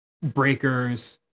breakers